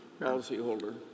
policyholder